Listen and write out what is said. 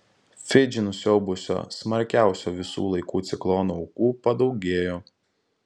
fidžį nusiaubusio smarkiausio visų laikų ciklono aukų padaugėjo